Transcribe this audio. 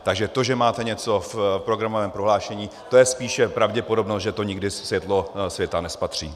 Takže to, že máte něco v programovém prohlášení, to je spíše pravděpodobnost, že to nikdy světlo světa nespatří.